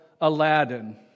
Aladdin